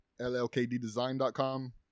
llkddesign.com